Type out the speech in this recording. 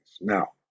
Now